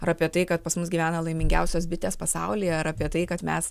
apie tai kad pas mus gyvena laimingiausios bitės pasaulyje ar apie tai kad mes